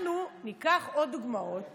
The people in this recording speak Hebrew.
אנחנו ניקח עוד דוגמאות